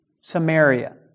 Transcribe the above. Samaria